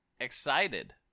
excited